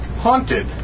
Haunted